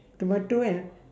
tomato and